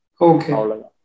Okay